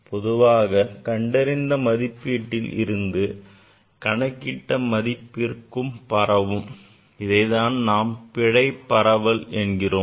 பொதுவாக பிழை கண்டறிந்த மதிப்பீட்டில் இருந்து கணக்கிட்ட மதிப்பிற்கும் பரவும் இதைத்தான் நாம் பிழை பரவல் என்கிறோம்